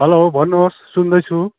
hello भन्नुहोस् सुन्दैछु